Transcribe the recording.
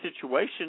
situation